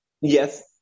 yes